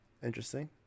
interesting